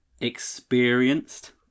experienced